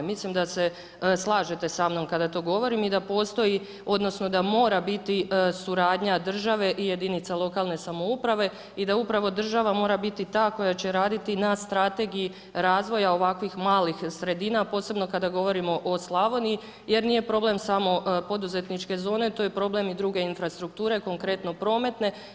Mislim da se slažete samnom kada to govorim i da postoji, odnosno, da mora biti suradnja države i jedinica lokalne samouprave i da upravo država mora biti ta koja će raditi na strategiji razvoja ovakvih malih sredina, a posebno kada govorimo o Slavoniji, jer nije problem, samo poduzetničke zone, to je problem i druge infrastrukture, konkretno prometne.